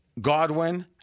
Godwin